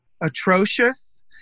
atrocious